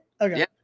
Okay